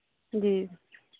जी